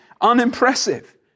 unimpressive